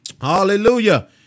hallelujah